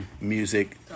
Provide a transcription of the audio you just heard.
music